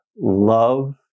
love